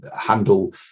handle